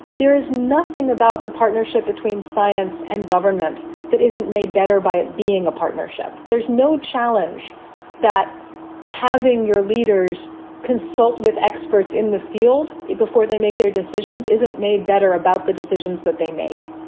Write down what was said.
there is nothing about the partnership between science and government that isn't made better by it being a partnership. there's no challenge that having your leaders consult with experts in the field before they make their decisions isn't made better about the decisions that they make.